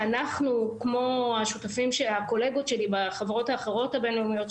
שאנחנו כמו הקולגות שלי בחברות האחרות הבין לאומיות,